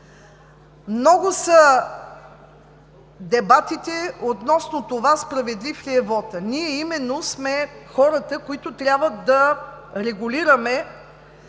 Много са дебатите относно това справедлив ли е вотът? Именно ние сме хората, които трябва да регулираме